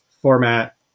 format